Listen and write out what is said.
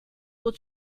will